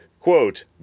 Quote